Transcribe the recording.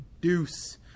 deuce